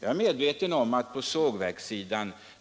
Jag är medveten om att